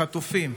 החטופים,